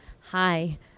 hi